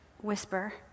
whisper